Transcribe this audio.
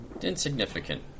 Insignificant